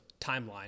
timeline